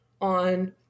on